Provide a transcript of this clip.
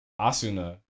Asuna